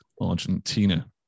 Argentina